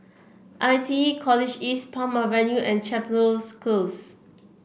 I T E College East Palm Avenue and Chepstow Close